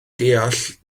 deall